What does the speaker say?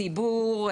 ציבור,